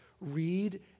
read